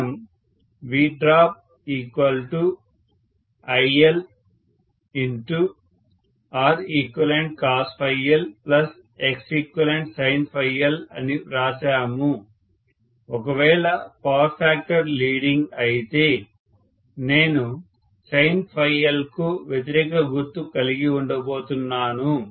మనం VdropILReqcosLXeqsinL అని వ్రాశాము ఒకవేళ పవర్ ఫ్యాక్టర్ లీడింగ్ అయితే నేను sinLకు వ్యతిరేక గుర్తు కలిగి ఉండబోతున్నాను